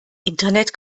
internet